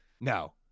No